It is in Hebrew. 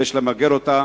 ויש למגר אותה,